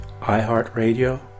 iHeartRadio